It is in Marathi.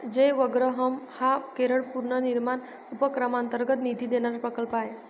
जयवग्रहम हा केरळ पुनर्निर्माण उपक्रमांतर्गत निधी देणारा प्रकल्प आहे